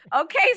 Okay